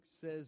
says